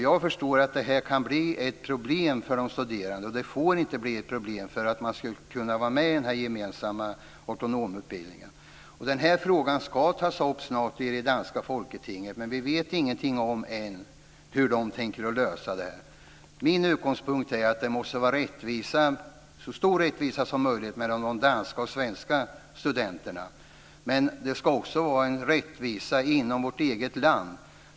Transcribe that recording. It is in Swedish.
Jag förstår dock att det här kan bli ett problem för de studerande, och det får inte bli ett problem som hindrar att man kan vara med i den gemensamma hortonomutbildningen. Den här frågan ska tas upp snart i det danska folketinget, men vi vet ännu ingenting om hur de tänker lösa det. Min utgångspunkt är att det måste vara så stor rättvisa som möjligt mellan de danska och svenska studenterna. Men det ska också vara en rättvisa inom vårt eget land.